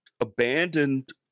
abandoned